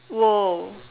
!woah!